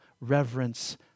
reverence